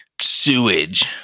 sewage